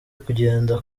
kugenda